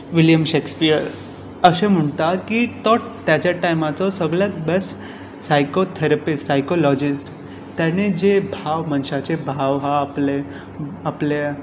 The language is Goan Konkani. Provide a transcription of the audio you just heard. विलयम शॅक्सपियर अशें म्हणटा की तो ताचे टायमाचो सगळ्यांत बॅस्ट साय्कोथरपीस्ट साय्कोलॉजीस्ट ताणे जे भाव मनशाचे बाव हा आपले आपल्या